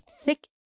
thick